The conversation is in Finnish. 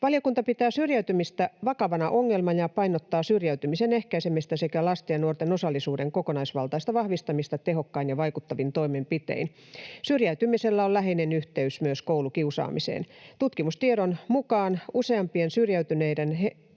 Valiokunta pitää syrjäytymistä vakavana ongelmana ja painottaa syrjäytymisen ehkäisemistä sekä lasten ja nuorten osallisuuden kokonaisvaltaista vahvistamista tehokkain ja vaikuttavin toimenpitein. Syrjäytymisellä on läheinen yhteys myös koulukiusaamiseen. Tutkimustiedon mukaan useimpia syrjäytyneitä